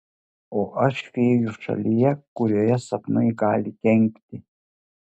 o aš fėjų šalyje kurioje sapnai gali kenkti